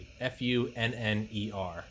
f-u-n-n-e-r